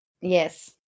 Yes